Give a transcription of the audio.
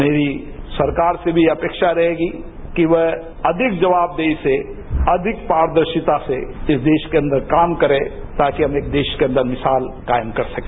मेरी सरकार से भी अपेक्षा रहेगी कि वह अधिक जवाबदेही से अधिक पारदर्शिता से इस देश के अंदर काम करे ताकि हम देश के अंदर मिसाल कायम कर सके